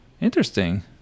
Interesting